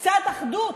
קצת אחדות.